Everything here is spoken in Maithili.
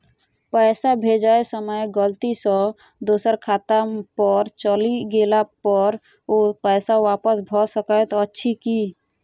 पैसा भेजय समय गलती सँ दोसर खाता पर चलि गेला पर ओ पैसा वापस भऽ सकैत अछि की?